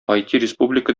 республика